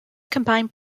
combined